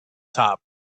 top